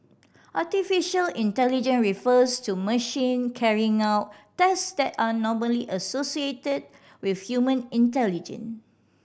artificial intelligence refers to machine carrying out task that are normally associated with human intelligence